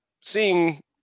seeing